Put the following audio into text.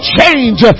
change